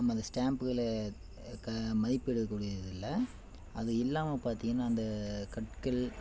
நம்ம அந்த ஸ்டாம்புகளை மதிப்பிட கூடியது இல்லை அது இல்லாமல் பார்த்திங்கனா அந்த கற்கள்